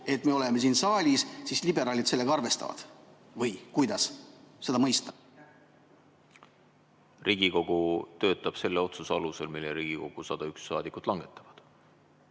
et me oleme siin saalis, siis liberaalid sellega arvestavad, või kuidas seda mõista? Riigikogu töötab selle otsuse alusel, mille Riigikogu 101 liiget langetavad.